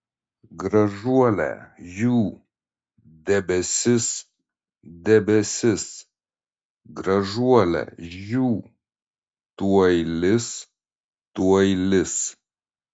gražuole žiū debesis debesis gražuole žiū tuoj lis tuoj lis